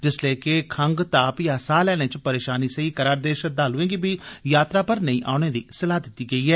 जिसलै कि खंग ताप या साह् लैने च परेशानी सेई करारदे श्रद्वालुएं गी बी यात्रा पर नेईं औने दी सलाह दिती ऐ